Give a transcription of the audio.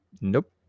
Nope